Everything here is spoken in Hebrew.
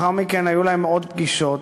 לאחר מכן היו להם עוד פגישות,